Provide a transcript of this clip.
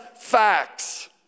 facts